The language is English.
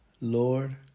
Lord